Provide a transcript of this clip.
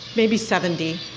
maybe seventy.